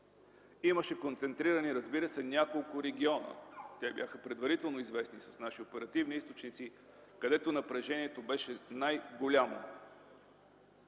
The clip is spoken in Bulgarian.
Имаше концентрирани няколко региона. Те бяха предварително известни от наши оперативни източници, където напрежението беше най-голямо.